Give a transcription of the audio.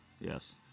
Yes